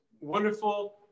wonderful